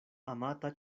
amata